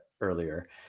earlier